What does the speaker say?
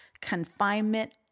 confinement